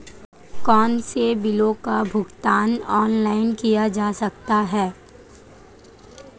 कौनसे बिलों का भुगतान ऑनलाइन किया जा सकता है?